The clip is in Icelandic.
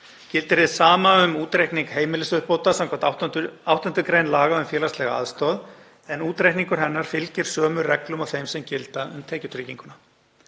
Gildir hið sama um útreikning heimilisuppbótar samkvæmt 8. gr. laga um félagslega aðstoð, en útreikningur hennar fylgir sömu reglum og þeim sem gilda um tekjutrygginguna.